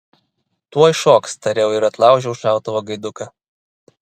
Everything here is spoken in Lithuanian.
tuoj šoks tariau ir atlaužiau šautuvo gaiduką